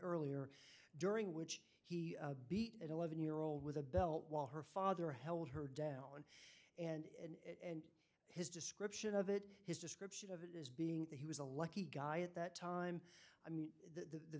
earlier during which he beat an eleven year old with a belt while her father held her down and his description of it his description of it as being that he was a lucky guy at that time i mean the